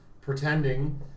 pretending